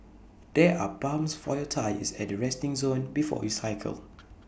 there are pumps for your tyres at the resting zone before you cycle